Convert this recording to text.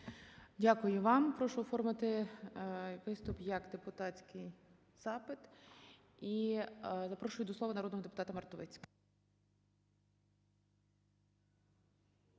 Дякую вам. Прошу оформити виступ як депутатський запит. І запрошую до слова народного депутата Мартовицького.